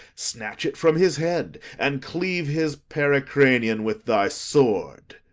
snatch it from his head, and cleave his pericranion with thy sword.